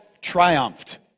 triumphed